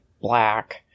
black